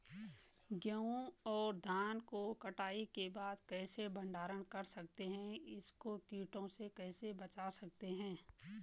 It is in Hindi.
गेहूँ और धान को कटाई के बाद कैसे भंडारण कर सकते हैं इसको कीटों से कैसे बचा सकते हैं?